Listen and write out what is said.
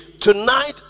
tonight